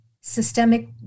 systemic